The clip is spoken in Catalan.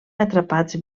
atrapats